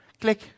Click